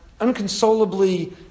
unconsolably